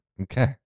Okay